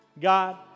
God